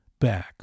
back